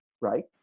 right